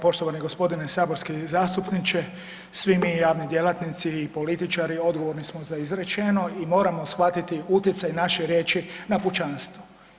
Poštovani gospodine saborski zastupniče, svi mi javni djelatnici i političari odgovorni smo za izrečeno i moramo shvatiti utjecaj naše riječi na pučanstvo.